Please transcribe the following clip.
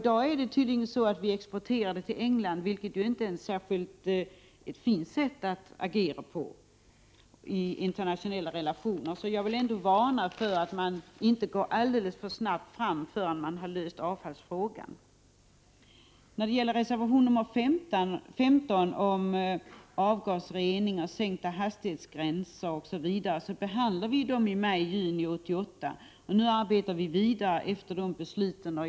I dag exporterar vi tydligen avfallet till England, vilket inte är ett särskilt fint sätt att agera på med hänsyn till de internationella relationerna. Jag varnar för att gå alltför snabbt fram härvidlag, innan avfallsfrågan är löst. 93 I reservation 15 behandlas frågan om avgasrening, sänkta hastighetsgränser osv. Detta diskuterade vi ju i maj-juni 1988, och nu arbetar vi vidare efter de beslut som fattades då.